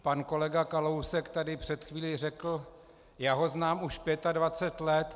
Pan kolega Kalousek tady před chvílí řekl: Já ho znám už 25 let.